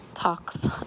Talks